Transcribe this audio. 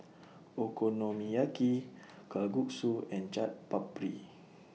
Okonomiyaki Kalguksu and Chaat Papri